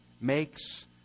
makes